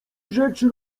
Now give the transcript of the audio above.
rzecz